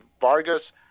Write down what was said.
Vargas